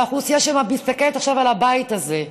לאוכלוסייה שמסתכלת עכשיו על הבית הזה,